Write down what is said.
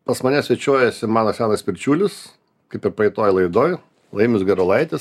pas mane svečiuojasi mano senas pirčiulis kaip ir praeitoj laidoj laimis gerulaitis